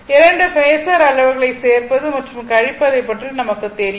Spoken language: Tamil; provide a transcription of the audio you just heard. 2 பேஸர் அளவுகளைச் சேர்ப்பது மற்றும் கழிப்பதை பற்றி நமக்கு தெரியும்